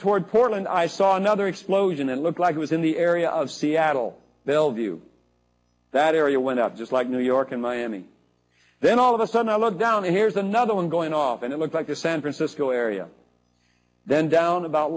toward portland i saw another explosion and looked like he was in the area of seattle they'll view that area went out just like new york and miami then all of a sudden i look down and here's another one going off and it looks like the san francisco area then down about